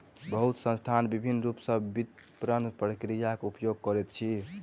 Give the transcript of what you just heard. बहुत संस्थान विभिन्न रूप सॅ विपरण प्रक्रियाक उपयोग करैत अछि